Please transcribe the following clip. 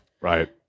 Right